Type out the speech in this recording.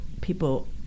people